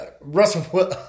Russell